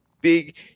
big